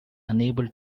unable